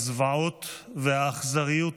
הזוועות והאכזריות